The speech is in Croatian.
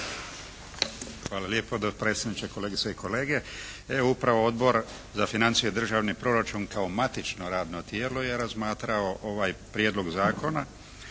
Hvala lijepa dopredsjedniče. Kolegice i kolege. Evo upravo Odbor za financije i državni proračun kao matično radno tijelo je razmatrao ovaj prijedlog zakona